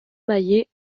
mallet